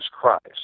Christ